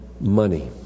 money